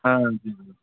ہاں جی جی